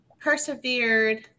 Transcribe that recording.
persevered